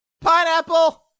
Pineapple